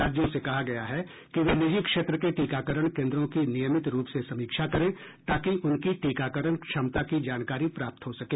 राज्यों से कहा गया है कि वे निजी क्षेत्र के टीकाकरण केंद्रों की नियमित रूप से समीक्षा करें ताकि उनकी टीकाकरण क्षमता की जानकारी प्राप्त हो सके